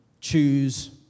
choose